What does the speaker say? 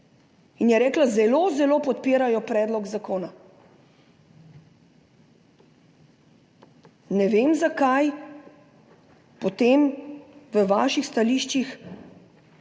In je rekla, da zelo, zelo podpirajo predlog zakona. Ne vem, zakaj potem v vaših stališčih